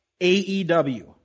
AEW